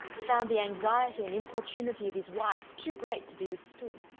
found the anxiety and importunity of his wife too great to be withstood.